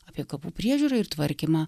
apie kapų priežiūrą ir tvarkymą